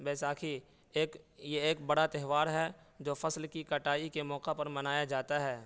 بیساکھی ایک یہ ایک بڑا تہوار ہے جو فصل کی کٹائی کے موقع پر منایا جاتا ہے